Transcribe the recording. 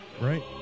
Right